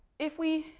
if we